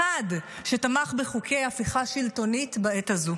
אחד, שתמך בחוקי הפיכה שלטונית בעת הזו.